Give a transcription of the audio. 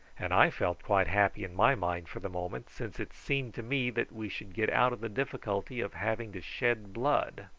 and i felt quite happy in my mind for the moment, since it seemed to me that we should get out of the difficulty of having to shed blood.